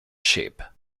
ship